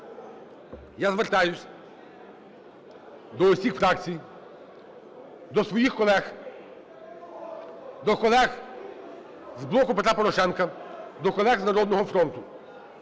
Я звертаюсь до усіх фракцій, до своїх колег, до колег з "Блоку Петра Порошенка", до колег з "Народного фронту",